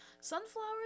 Sunflowers